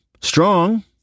strong